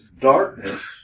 darkness